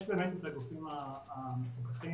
יש את הגופים המפוקחים,